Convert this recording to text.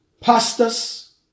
Pastors